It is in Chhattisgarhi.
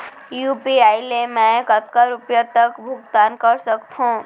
यू.पी.आई ले मैं कतका रुपिया तक भुगतान कर सकथों